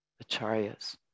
Acharya's